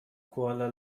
کوالا